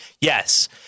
Yes